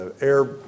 air